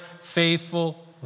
faithful